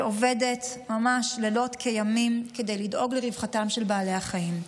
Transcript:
שעובדת ממש לילות כימים כדי לדאוג לרווחתם של בעלי החיים.